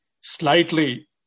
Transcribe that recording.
slightly